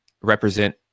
represent